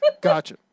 Gotcha